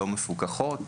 לא מפוקחות.